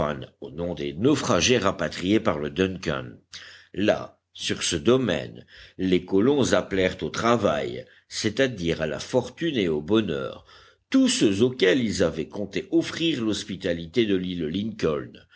au nom des naufragés rapatriés par le duncan là sur ce domaine les colons appelèrent au travail c'est-à-dire à la fortune et au bonheur tous ceux auxquels ils avaient compté offrir l'hospitalité de l'île lincoln